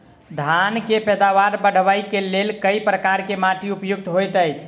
धान केँ पैदावार बढ़बई केँ लेल केँ प्रकार केँ माटि उपयुक्त होइत अछि?